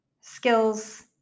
skills